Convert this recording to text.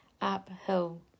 uphill